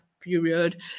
Period